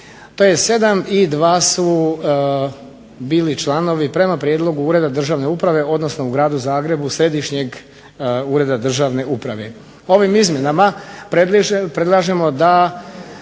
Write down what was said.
7 i 2 su bili članovi prema prijedlogu Ureda državne uprave odnosno u Gradu Zagrebu Središnjeg ureda državne uprave. Ovim izmjenama predlažemo da